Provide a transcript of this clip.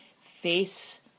face